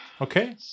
Okay